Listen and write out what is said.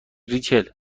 ریچل